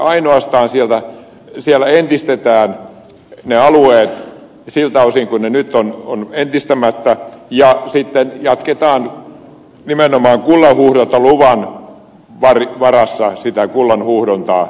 ainoastaan siellä entistetään ne alueet siltä osin kuin ne nyt ovat entistämättä ja jatketaan nimenomaan kullanhuuhdontaluvan varassa kullanhuuhdontaa tulevaisuudessa